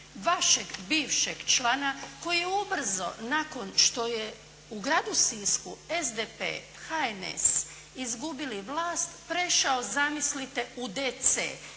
vašeg bivšeg člana koji je ubrzo nakon što je u gradu Sisku SDP, HNS izgubili vlast, prešao zamislite u DC.